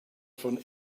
von